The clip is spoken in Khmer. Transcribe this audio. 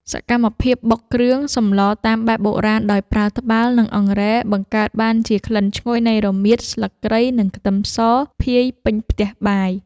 សកម្មភាពបុកគ្រឿងសម្លតាមបែបបុរាណដោយប្រើត្បាល់ និងអង្រែ បង្កើតបានជាក្លិនឈ្ងុយនៃរមៀត ស្លឹកគ្រៃ និងខ្ទឹមស ភាយពេញផ្ទះបាយ។